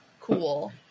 cool